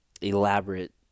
elaborate